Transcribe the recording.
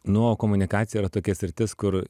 nu o komunikacija yra tokia sritis kur